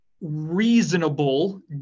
reasonable